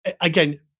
Again